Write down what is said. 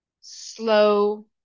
slow